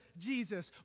Jesus